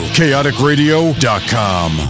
chaoticradio.com